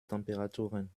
temperaturen